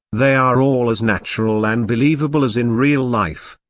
they are all as natural and believable as in real life.